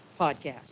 podcast